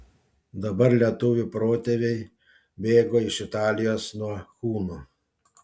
dabar lietuvių protėviai bėgo iš italijos nuo hunų